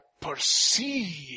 perceive